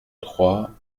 trois